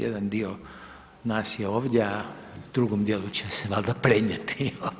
Jedan dio nas je ovdje a drugom dijelu će se valjda prenijeti.